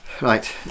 Right